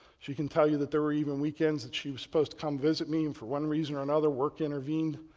she can tell you that there were even weekends that she was supposed to come visit me and for one reason or another work intervened,